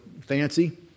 fancy